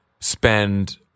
spend